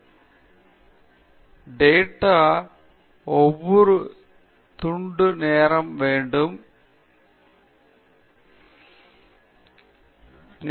நீங்கள் டேட்டா ஒவ்வொரு துண்டு நேரம் வேண்டும் நீங்கள் தரவு உறிஞ்சி நேரம் வேண்டும் டேட்டா முன் நடந்தது என்று ஏதாவது புரிந்து மற்றும் நீங்கள் அடுத்த மற்றும் அதனால் முன்வைக்க போகிறீர்கள் என்று ஒன்று